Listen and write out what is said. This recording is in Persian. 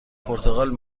پرتقال